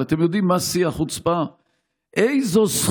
אבל אתם יודעים מה שיא החוצפה?